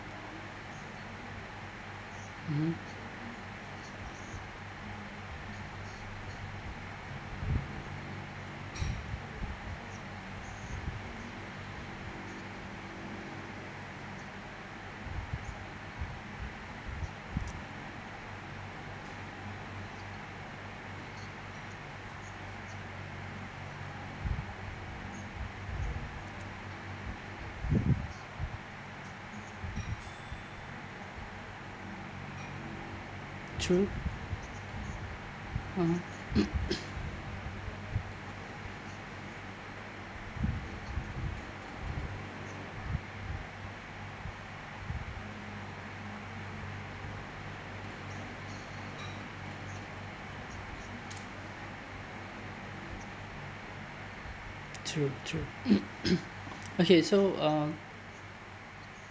mmhmm true (uh huh) true true okay so uh